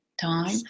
time